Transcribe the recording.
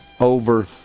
over